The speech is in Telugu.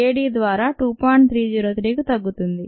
303కు తగ్గుతుంది